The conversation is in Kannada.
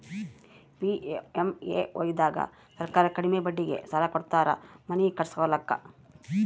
ಪಿ.ಎಮ್.ಎ.ವೈ ದಾಗ ಸರ್ಕಾರ ಕಡಿಮಿ ಬಡ್ಡಿಗೆ ಸಾಲ ಕೊಡ್ತಾರ ಮನಿ ಕಟ್ಸ್ಕೊಲಾಕ